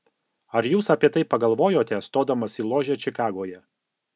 ar jūs apie tai pagalvojote stodamas į ložę čikagoje